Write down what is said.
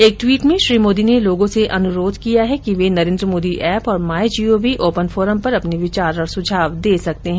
एक ट्वीट में श्री मोदी ने लोगों से अनुरोध किया है कि वे नरेन्द्र मोदी एप और my G O V open forum पर अपने विचार और सुझाव दे सकते हैं